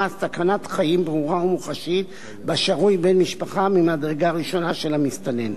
סכנת חיים ברורה ומוחשית שבה שרוי בן משפחה מדרגה ראשונה של המסתנן.